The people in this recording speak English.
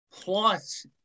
plus